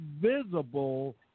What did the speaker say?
visible